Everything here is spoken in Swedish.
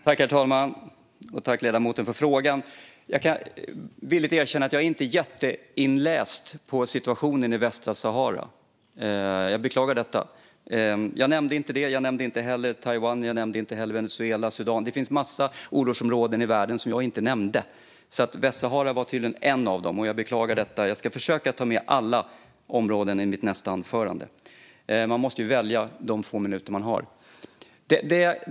Herr talman! Tack för frågan, ledamoten! Jag ska villigt erkänna att jag inte är jätteväl inläst på situationen i Västsahara. Jag beklagar det. Jag nämnde inte Västsahara. Jag nämnde inte heller Taiwan, Venezuela eller Sudan. Det finns massor av orosområden i världen som jag inte nämnde. Västsahara är tydligen ett av dem. Jag beklagar det. Jag ska försöka ta med alla områden i mitt nästa anförande. Men man måste ju välja lite under de få minuter man har på sig.